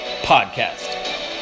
Podcast